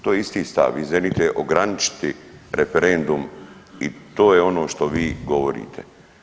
To je isti stav, vi želite ograničiti referendum i to je ono što vi govorite.